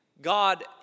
God